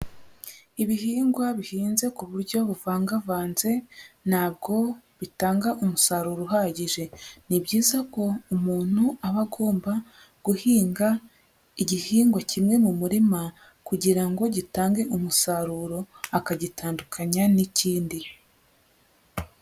Ibihingwa bihinze ku buryo buvangavanze ntabwo bitanga umusaruro uhagije. Ni byiza ko umuntu aba agomba guhinga igihingwa kimwe mu murima kugira ngo gitange umusaruro, akagitandukanya n'ikindi.